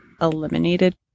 eliminated